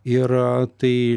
ir tai